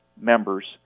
members